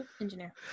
engineer